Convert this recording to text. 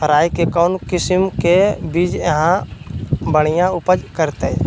राई के कौन किसिम के बिज यहा बड़िया उपज करते?